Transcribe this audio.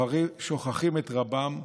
שוכחים את רבם.